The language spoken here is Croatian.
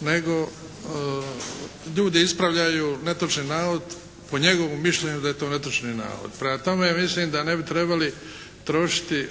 nego ljudi ispravljaju netočni navod po njegovu mišljenju da je to netočni navod. Prema tome mislim da ne bi trebali trošiti